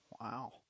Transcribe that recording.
Wow